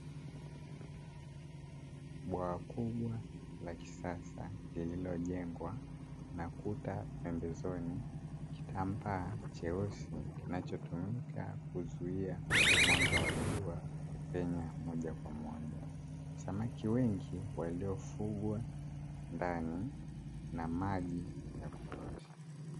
Bwawa kubwa la kisasa lililojengwa na kuta pembezoni, kitambaa cheusi kinachotumika kuzuia mwanga wa jua kupenya moja kwa moja. Samaki wengi wanafugwa ndani na maji ya kutosha.